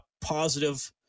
positive